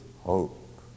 Hope